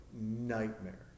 nightmare